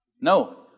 No